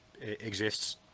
exists